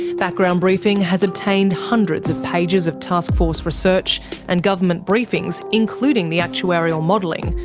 background briefing has obtained hundreds of pages of taskforce research and government briefings, including the actuarial modelling,